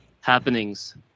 happenings